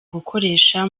gukoresha